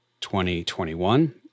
2021